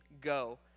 go